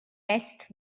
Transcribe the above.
best